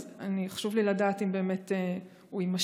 אז חשוב לי לדעת אם הוא יימשך.